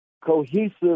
cohesive